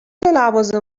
لوازم